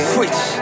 Switch